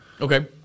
Okay